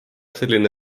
selline